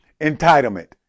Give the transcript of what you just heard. entitlement